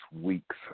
week's